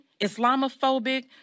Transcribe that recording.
Islamophobic